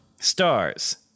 Stars